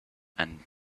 and